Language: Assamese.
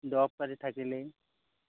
দৰৱ পাতি থাকিলেই